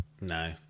no